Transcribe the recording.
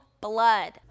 blood